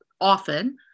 often